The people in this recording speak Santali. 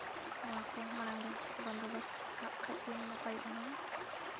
ᱱᱚᱣᱟ ᱠᱚ ᱢᱟᱲᱟᱝ ᱨᱮ ᱵᱚᱱᱫᱳᱵᱚᱥᱛ ᱠᱟᱜ ᱠᱷᱟᱡ ᱵᱤᱱ ᱱᱟᱯᱟᱭᱚᱜᱼᱟ ᱦᱩᱱᱟᱹᱝ